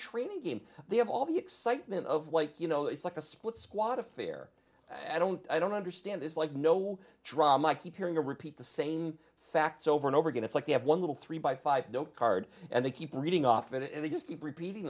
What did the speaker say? training game they have all the excitement of like you know it's like a split squad affair i don't i don't understand this like no drama i keep hearing a repeat the same facts over and over again it's like they have one little three by five don't card and they keep reading off it and they just keep repeating